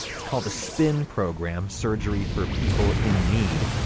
it's called the spin program surgery for people in need.